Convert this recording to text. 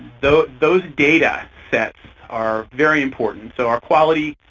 those those data sets are very important. so our quality